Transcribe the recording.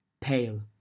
pale